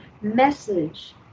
message